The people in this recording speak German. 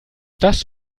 das